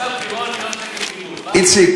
השר פירון, מיליון שקל כיבוד, איציק.